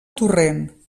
torrent